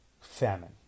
Famine